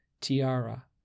Tiara